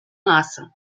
maße